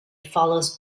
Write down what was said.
follows